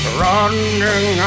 running